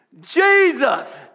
Jesus